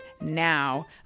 now